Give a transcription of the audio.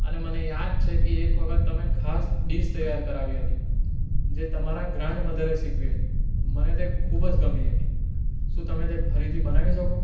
અને મને યાદ છેકે એક વખત તમે ખાસ ડિશ તૈયાર કરાવી હતી જે તમારા ગ્રાન્ડ મધરે શીખવી હતી મને તે ખૂબજ ગમી હતી શું તમે તે ફરીથી બનાવી શકો